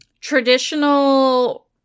traditional